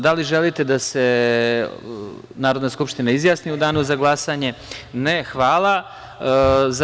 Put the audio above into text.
Da li želite da se Narodna skupština izjasni u danu za glasanje? (Jelena Žarić Kovačević: Ne.) Hvala.